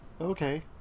Okay